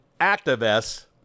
activists